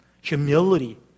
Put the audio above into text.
humility